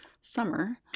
summer